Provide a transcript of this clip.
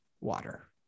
water